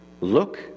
look